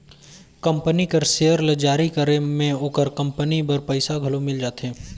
company कर share ल जारी करे में ओकर कंपनी बर पइसा घलो मिल जाथे